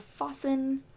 Fossen